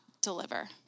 deliver